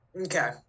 Okay